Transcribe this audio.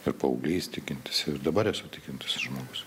ir paauglys tikintis ir dabar esu tikintis žmogus